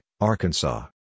Arkansas